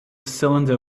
cylinder